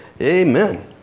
Amen